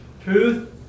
truth